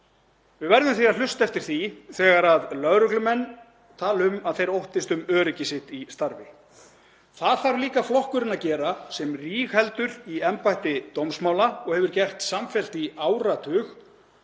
Við verðum því að hlusta eftir því þegar lögreglumenn tala um að þeir óttist um öryggi sitt í starfi. Það þarf líka flokkurinn að gera sem rígheldur í embætti dómsmála og hefur gert samfellt í áratug.